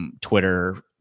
Twitter